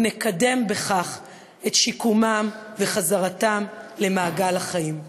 ונקדם בכך את שיקומם ואת חזרתם למעגל החיים.